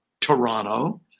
Toronto